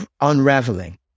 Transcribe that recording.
unraveling